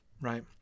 right